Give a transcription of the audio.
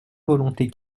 volonté